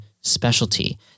specialty